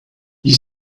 you